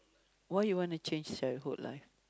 why you want to change childhood life